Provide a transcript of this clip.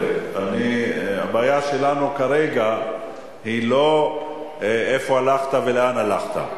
הבעיה שלנו כרגע היא לא איפה הלכת ולאן הלכת.